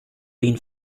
been